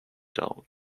down